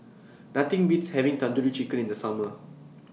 Nothing Beats having Tandoori Chicken in The Summer